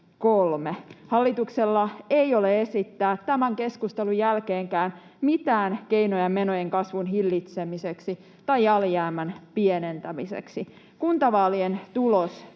Hallituksella ei ole esittää tämän keskustelun jälkeenkään mitään keinoja menojen kasvun hillitsemiseksi tai alijäämän pienentämiseksi. Kuntavaalien tulos